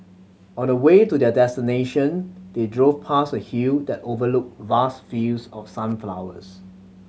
on the way to their destination they drove past a hill that overlooked vast fields of sunflowers